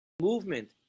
movement